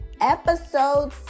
Episode